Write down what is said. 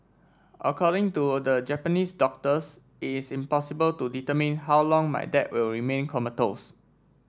according to the Japanese doctors it is impossible to determine how long my dad will remain comatose